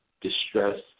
distress